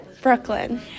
Brooklyn